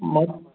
மத்